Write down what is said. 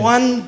One